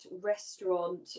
restaurant